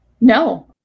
no